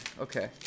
Okay